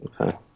Okay